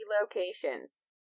locations